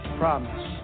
promise